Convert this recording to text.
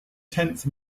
tenth